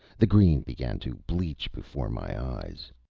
the green began to bleach before my eyes.